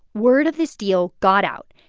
word of this deal got out.